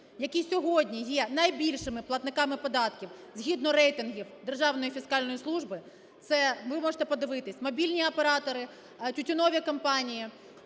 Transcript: які сьогодні є найбільшими платниками податків згідно рейтингів Державної фіскальної служби. Це ви можете подивитись: мобільні оператори, тютюнові компанії,